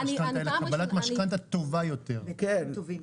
לא קבלת משכנתא אלא קבלת משכנתא טובה יותר ובתנאים טובים.